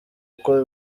uko